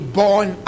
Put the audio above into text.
born